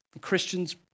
Christians